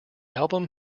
album